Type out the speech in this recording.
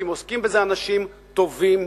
כי עוסקים בזה אנשים טובים,